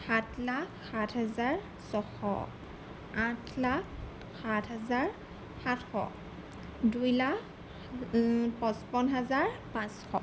সাত লাখ সাত হাজাৰ ছয়শ আঠ লাখ সাত হাজাৰ সাতশ দুই লাখ পঁচপন হাজাৰ পাঁচশ